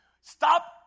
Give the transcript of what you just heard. Stop